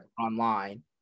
online